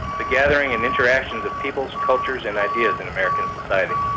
the gathering and interactions of peoples, cultures and ideas in american society.